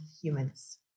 humans